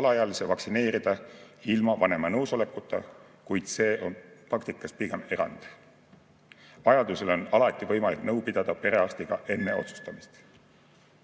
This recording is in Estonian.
alaealise vaktsineerida ilma vanema nõusolekuta, kuid see on praktikas pigem erand. Vajadusel on alati võimalik nõu pidada perearstiga enne otsustamist.